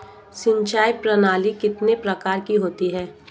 सिंचाई प्रणाली कितने प्रकार की होती है?